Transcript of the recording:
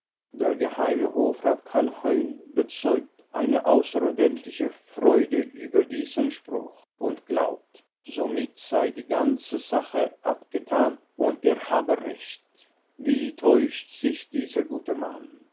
der geheime hofrat carl heun bezeugt eine außerordentliche freude über diesen spruch und glaubt somit sei die ganze sache abgetan und er habe recht wie täuscht sich dieser gute mann